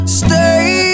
stay